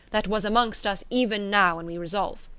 that was amongst us even now when we resolve,